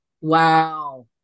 Wow